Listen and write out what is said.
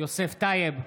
יוסף טייב,